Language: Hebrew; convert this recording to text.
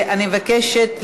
אני מבקשת להצביע.